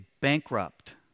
bankrupt